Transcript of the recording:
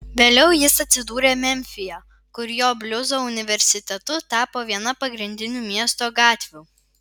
vėliau jis atsidūrė memfyje kur jo bliuzo universitetu tapo viena pagrindinių miesto gatvių